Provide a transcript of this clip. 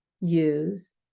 use